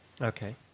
Okay